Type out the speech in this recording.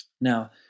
Now